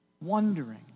Wondering